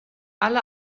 alle